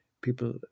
People